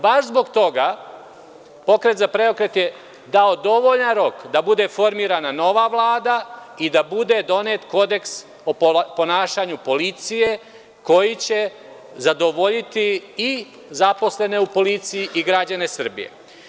Baš zbog toga „Pokret za preokret“ je dao dovoljan rok da bude formirana nova Vlada i da bude donet kodeks o ponašanju policije koji će zadovoljiti i zaposlene u policiji i građane Srbije.